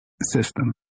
system